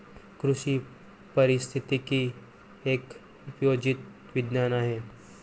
कृषी पारिस्थितिकी एक उपयोजित विज्ञान आहे